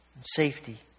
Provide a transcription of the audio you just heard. safety